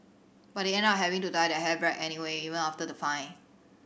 but they end up having to dye their hair black anyway even after the fine